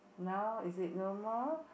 now is it no more